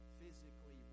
physically